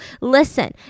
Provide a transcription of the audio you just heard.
Listen